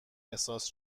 احساس